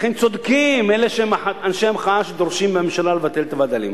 לכן צודקים אנשי המחאה שדורשים מהממשלה לבטל את הווד"לים.